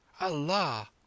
Allah